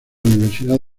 universidad